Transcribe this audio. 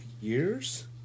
years